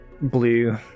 blue